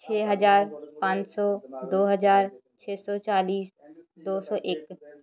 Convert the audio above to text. ਛੇ ਹਜ਼ਾਰ ਪੰਜ ਸੌ ਦੋ ਹਜ਼ਾਰ ਛੇ ਸੌ ਚਾਲੀ ਦੋ ਸੌ ਇੱਕ